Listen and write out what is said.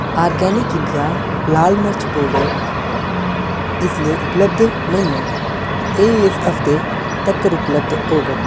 organic India लाल मर्च powder इसलै उपलब्ध नेईं ऐ एह् इस हफ्तै तक्कर उपलब्ध होग